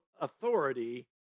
authority